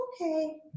okay